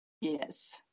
yes